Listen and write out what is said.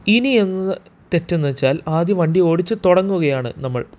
ഇനി എന്ന തെറ്റെന്നു വച്ചാൽ ആദ്യം വണ്ടി ഓടിച്ചു തുടങ്ങുകയാണ് നമ്മൾ